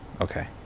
Okay